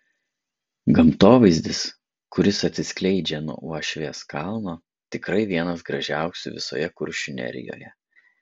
gamtovaizdis kuris atsiskleidžia nuo uošvės kalno tikrai vienas gražiausių visoje kuršių nerijoje